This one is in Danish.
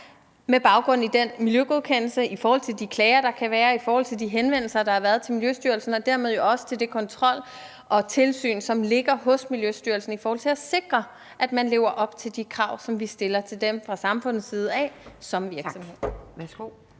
med baggrund i den miljøgodkendelse og de klager, der kan være, og i forhold til de henvendelser, der har været til Miljøstyrelsen og dermed jo også til den kontrol og det tilsyn, som ligger hos Miljøstyrelsen i forhold til at sikre, at man som virksomhed lever op til de krav, som vi stiller til dem fra samfundets side. Kl. 18:19